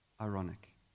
ironic